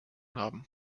haben